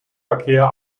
verkehr